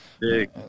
big